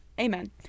amen